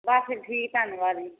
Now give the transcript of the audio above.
ਬਾਕੀ ਠੀਕ ਧੰਨਵਾਦ ਜੀ